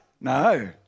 No